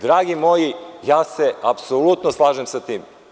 Dragi moji, ja se apsolutno slažem sa tim.